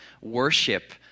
worship